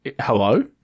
hello